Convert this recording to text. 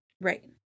right